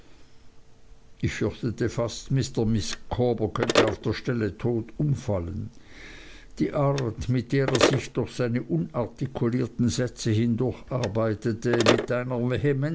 ich fürchtete fast mr micawber könnte auf der stelle tot niederfallen die art mit der er sich durch seine unartikulierten sätze hindurcharbeitete und mit einer